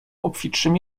obfitszym